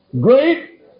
great